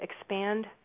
expand